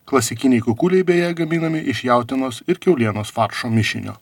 klasikiniai kukuliai beje gaminami iš jautienos ir kiaulienos faršo mišinio